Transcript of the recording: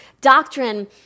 Doctrine